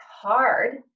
hard